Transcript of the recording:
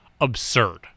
Absurd